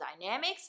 dynamics